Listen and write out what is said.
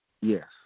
Yes